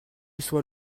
soit